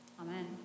Amen